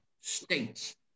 states